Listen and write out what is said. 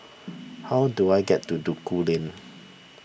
how do I get to Duku Lane